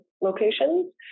locations